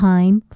Time